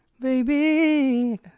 baby